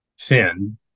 thin